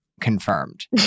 confirmed